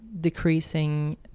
decreasing